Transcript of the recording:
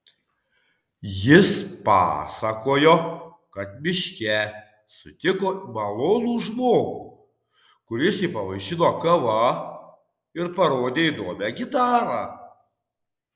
jis pasakojo kad miške sutiko malonų žmogų kuris jį pavaišino kava ir parodė įdomią gitarą